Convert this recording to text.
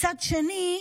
ומצד שני,